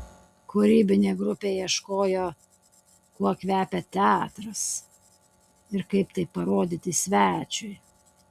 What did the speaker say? kūrybinė grupė ieškojo kuo kvepia teatras ir kaip tai parodyti svečiui